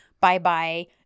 bye-bye